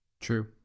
True